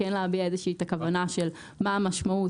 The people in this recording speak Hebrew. כן להביע את הכוונה של מה המשמעות,